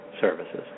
services